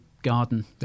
Garden